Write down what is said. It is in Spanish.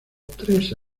tres